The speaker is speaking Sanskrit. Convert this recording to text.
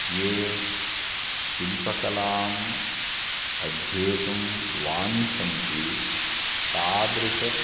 ये शिल्पकलाम् अध्येतुं वाञ्छन्ति तादृशानाम्